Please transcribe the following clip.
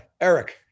Eric